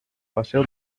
paseo